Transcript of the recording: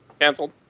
Canceled